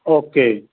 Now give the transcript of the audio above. okay